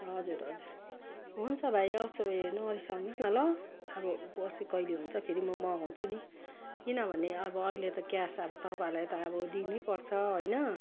हजुर हजुर हुन्छ भाइ उसो भए नरिसाउनु होस् न ल अब पछि कहिले हुन्छ फेरि म मगाउँछु नि किनभने अब अहिले त क्यास अब तपाईँलाई त अब दिनै पर्छ होइन